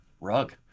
rug